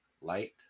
light